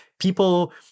people